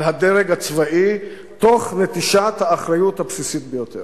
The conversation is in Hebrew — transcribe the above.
הדרג הצבאי תוך נטישת האחריות הבסיסית ביותר.